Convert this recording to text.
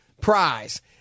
prize